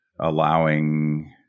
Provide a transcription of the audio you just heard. allowing